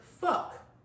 fuck